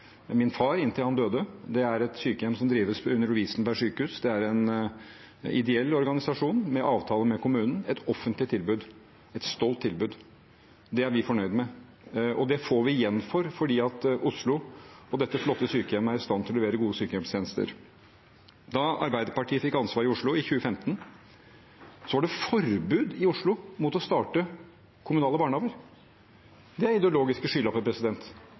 min mor – og, inntil han døde, også min far Det er et sykehjem som drives under Lovisenberg sykehus. Det er en ideell organisasjon med avtale med kommunen – et offentlig tilbud, et stolt tilbud. Det er vi fornøyd med. Det får vi igjen for fordi Oslo og dette flotte sykehjemmet er i stand til å levere gode sykehjemstjenester. Da Arbeiderpartiet fikk ansvaret i Oslo i 2015, var det forbud i Oslo mot å starte kommunale barnehager. Det er ideologiske